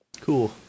cool